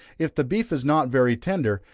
if the beef is not very tender,